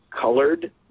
colored